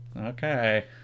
Okay